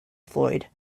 floyd